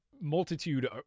multitude